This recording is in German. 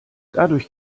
dadurch